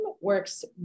works